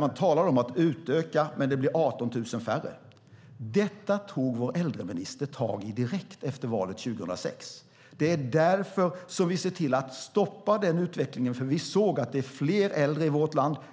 Man talade om en utökning, men det blev 18 000 färre platser. Detta tog vår äldreminister tag i direkt efter valet 2006. Vi såg till att stoppa den utvecklingen, eftersom vi såg att det blev fler äldre i vårt land.